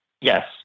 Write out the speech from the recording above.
Yes